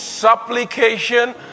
supplication